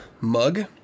mug